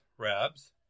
Rabs